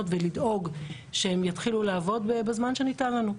ולדאוג שהם יתחילו לעבוד בזמן שניתן לנו.